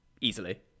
easily